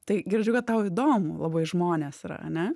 tai girdžiu kad tau įdomu labai žmonės yra ane